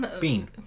Bean